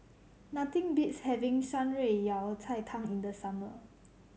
nothing beats having Shan Rui Yao Cai Tang in the summer